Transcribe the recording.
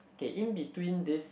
K in between this